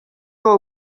del